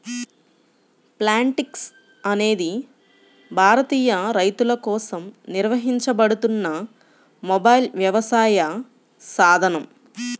Plantix అనేది భారతీయ రైతులకోసం నిర్వహించబడుతున్న మొబైల్ వ్యవసాయ సాధనం